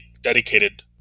dedicated